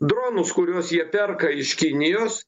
dronus kuriuos jie perka iš kinijos